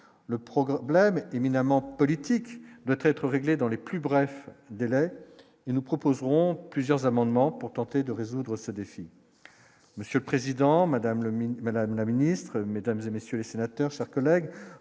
est éminemment politique de réglé dans les plus brefs délais, ils nous proposerons plusieurs amendements pour tenter de résoudre ce défi, monsieur le Président, Madame le Madame la Ministre Mesdames et messieurs les sénateurs, Sarko lègue